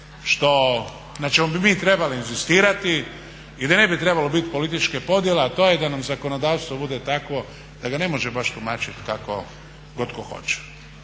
na čemu bi mi trebali inzistirati i gdje ne bi trebalo bit političke podjele, a to je da nam zakonodavstvo bude takvo da ga ne može baš tumačit kako god tko hoće